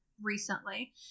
recently